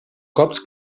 cops